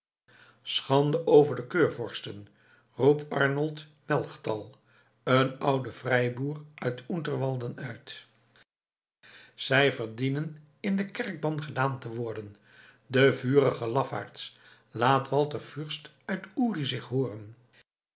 schande over de keurvorsten roept arnold melchtal een oude vrijboer uit unterwalden uit ze verdienen in den kerkban gedaan te worden de vuige lafaards laat walter fürst uit uri zich hooren